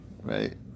right